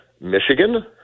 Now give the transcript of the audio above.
Michigan